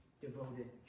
devoted